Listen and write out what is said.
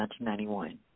1991